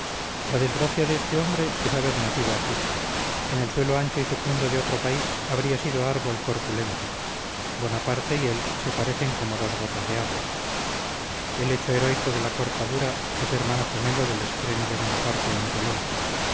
la desgracia de este hombre es haber nacido aquí en el suelo ancho y fecundo de otro país habría sido árbol corpulento bonaparte y él se parecen como dos gotas de agua el hecho heroico de la cortadura es hermano gemelo del estreno de bonaparte en tolón